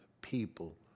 people